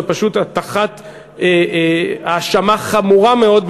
זו פשוט הטחת אשמה חמורה מאוד,